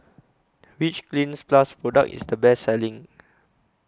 Which Cleanz Plus Product IS The Best Selling